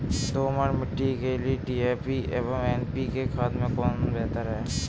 दोमट मिट्टी के लिए डी.ए.पी एवं एन.पी.के खाद में कौन बेहतर है?